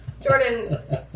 Jordan